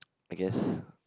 I guess